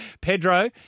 Pedro